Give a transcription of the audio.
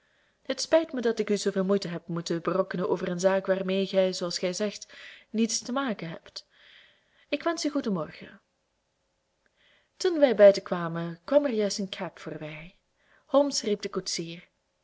het spijt mij dat ik u zooveel moeite heb moeten berokkenen over een zaak waarmede gij zooals gij zegt niets te maken hebt ik wensch u goeden morgen toen wij buiten waren kwam er juist een cab voorbij holmes riep den koetsier